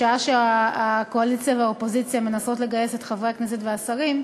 בשעה שהקואליציה והאופוזיציה מנסות לגייס את חברי הכנסת והשרים,